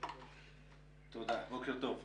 בוקר טוב.